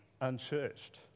Unchurched